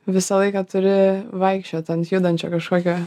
visą laiką turi vaikščiot ant judančio kažkokio